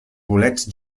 bolets